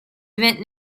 event